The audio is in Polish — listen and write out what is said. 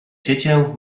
dziecię